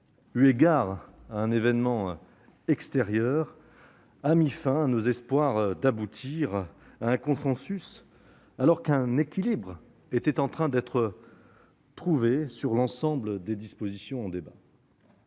députés à un événement extérieur a mis fin à nos espoirs d'aboutir à un consensus, alors qu'un équilibre était en train d'être trouvé sur l'ensemble des dispositions en débat